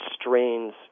strains